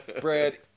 Brad